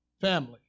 family